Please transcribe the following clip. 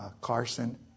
Carson